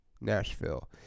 Nashville